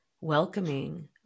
welcoming